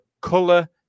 Color